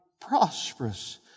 prosperous